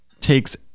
takes